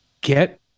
Get